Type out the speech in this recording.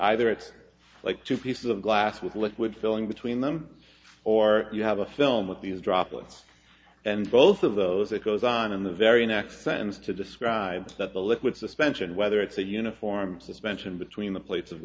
either it's like two pieces of glass with liquid filling between them or you have a film with these droplets and both of those it goes on in the very next sentence to describe that the liquid suspension whether it's a uniform suspension between the plates of